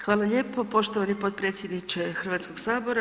Hvala lijepo poštovani potpredsjedniče Hrvatskog sabora.